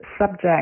subject